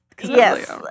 Yes